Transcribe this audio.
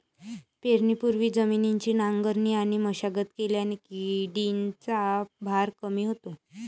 पेरणीपूर्वी जमिनीची नांगरणी आणि मशागत केल्याने किडीचा भार कमी होतो